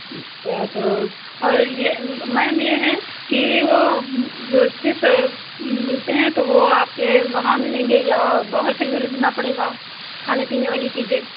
अच्छा तो और यह मैम यह है कि वह जो चिप्स मिलते हैं तो वह आपके वहाँ मिलेंगे या बाहर से ही ख़रीदना पड़ेगा खाने पीने वाली चीज़ें